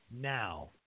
now